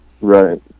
Right